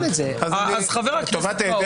עבור רשימת מועמדים שמזהים אותה ככאלה שיש פוטנציאל